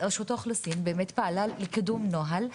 רשות האוכלוסין ברמת פעלה לקידום נוהל,